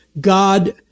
God